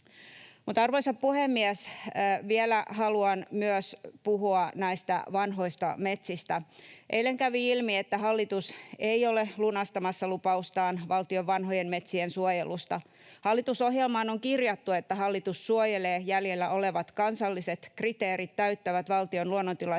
Arvoisa puhemies! Vielä haluan myös puhua näistä vanhoista metsistä. Eilen kävi ilmi, että hallitus ei ole lunastamassa lupaustaan valtion vanhojen metsien suojelusta. Hallitusohjelmaan on kirjattu, että hallitus suojelee jäljellä olevat, kansalliset kriteerit täyttävät valtion luonnontilaiset